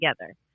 together